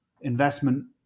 investment